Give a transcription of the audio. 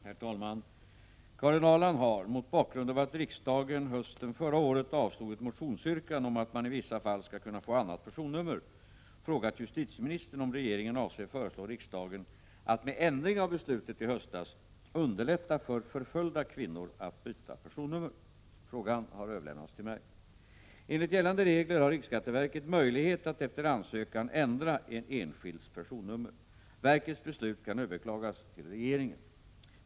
Herr talman! Karin Ahrland har — mot bakgrund av att riksdagen hösten förra året avslog ett motionsyrkande om att man i vissa fall skall kunna få ett annat personnummer — frågat justitieministern om regeringen avser föreslå riksdagen att med ändring av beslutet i höstas underlätta för förföljda kvinnor att byta personnummer. Frågan har överlämnats till mig. Enligt gällande regler har riksskatteverket möjlighet att efter ansökan ändra en enskilds personnummer. Verkets beslut kan överklagas till regeringen.